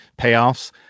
payoffs